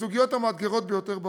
המאתגרות ביותר בעולם.